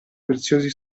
preziosi